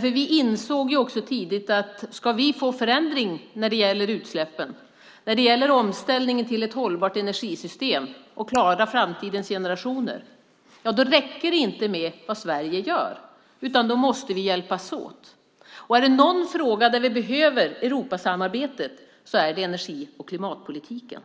För vi insåg tidigt att om vi ska få en förändring när det gäller utsläppen, när det gäller omställningen till ett hållbart energisystem och när det gäller att klara framtidens generationer räcker det inte med vad Sverige gör, utan då måste vi hjälpas åt. Är det någon fråga där vi behöver Europasamarbetet så är det när det gäller energi och klimatpolitiken.